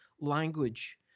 language